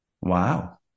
Wow